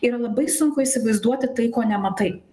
yra labai sunku įsivaizduoti tai ko nematai